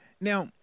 Now